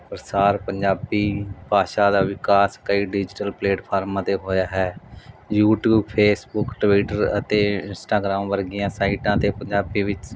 ਪ੍ਰਸਾਰ ਪੰਜਾਬੀ ਭਾਸ਼ਾ ਦਾ ਵਿਕਾਸ ਕਈ ਡਿਜੀਟਲ ਪਲੇਟਫਾਰਮ ਤੇ ਹੋਇਆ ਹੈ ਯੂਟਿਊਬ ਫੇਸਬੁੱਕ ਟਵੀਟਰ ਅਤੇ ਇਸਟਾਗ੍ਰਾਮ ਵਰਗੀਆਂ ਸਾਈਟਾਂ ਤੇ ਪੰਜਾਬੀ ਵਿੱਚ